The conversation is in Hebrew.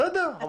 בסדר.